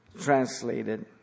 translated